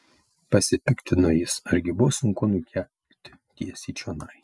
pasipiktino jis argi buvo sunku nukelti tiesiai čionai